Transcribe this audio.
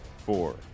Four